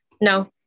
No